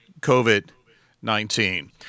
COVID-19